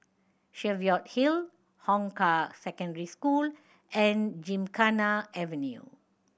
Cheviot Hill Hong Kah Secondary School and Gymkhana Avenue